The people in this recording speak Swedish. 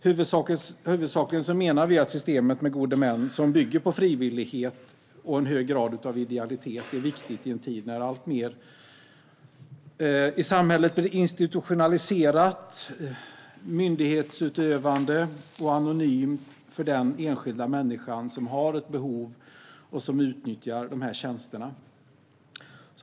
Huvudsakligen menar vi att systemet med gode män, som bygger på frivillighet och en hög grad av idealitet, är viktigt i en tid när alltmer i samhället blir institutionaliserat, myndighetsutövande och anonymt för den enskilda människa som har ett behov och som utnyttjar de här tjänsterna.